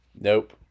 nope